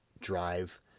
drive